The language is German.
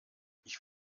ich